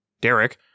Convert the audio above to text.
Derek